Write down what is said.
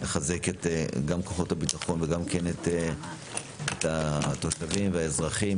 לחזק את כוחות הביטחון וגם את התושבים והאזרחים